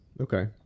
Okay